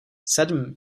sedm